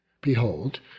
Behold